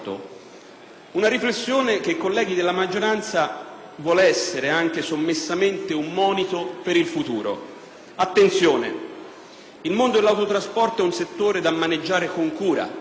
Una riflessione che, colleghi della maggioranza, vuole essere anche sommessamente un monito per il futuro. Attenzione, il mondo dell'autotrasporto è un settore da maneggiare con cura